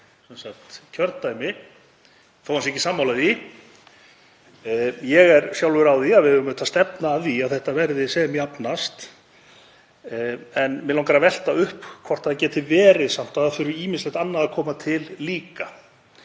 þvert á kjördæmi þótt hann sé ekki sammála því. Ég er sjálfur á því að við eigum auðvitað að stefna að því að þetta verði sem jafnast. En mig langar að velta upp hvort það geti verið samt að það þurfi ýmislegt annað að koma til líka.